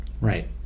Right